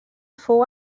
fou